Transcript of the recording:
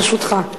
ברשותך.